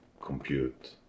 compute